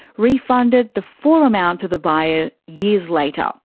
refunded the full amount to the buyer years later.